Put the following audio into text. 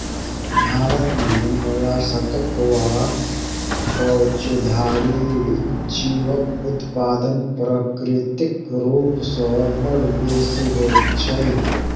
भारत मे मोलास्कक वा कवचधारी जीवक उत्पादन प्राकृतिक रूप सॅ बड़ बेसि होइत छै